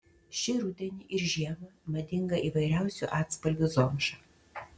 šį rudenį ir žiemą madinga įvairiausių atspalvių zomša